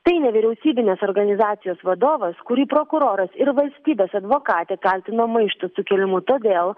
tai nevyriausybinės organizacijos vadovas kurį prokuroras ir valstybės advokatė kaltinama maišto sukėlimu todėl